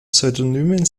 pseudonymen